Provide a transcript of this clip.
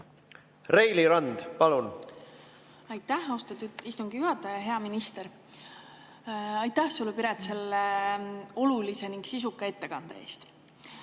Reili Rand, palun!